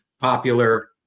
popular